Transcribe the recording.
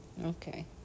Okay